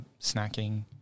snacking